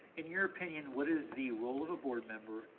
in your opinion, what is the role of a board member?